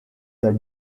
their